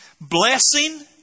blessing